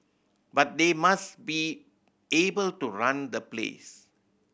but they must be able to run the place